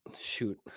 shoot